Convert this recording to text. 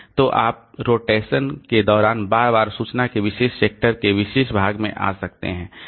तो आप रोटेशन के दौरान बार बार सूचना के विशेष सेक्टर के विशेष भाग में आ सकते हैं